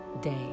day